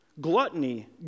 Gluttony